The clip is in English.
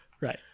Right